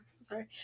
sorry